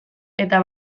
eta